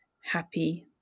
happy